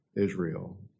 Israel